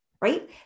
right